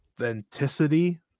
authenticity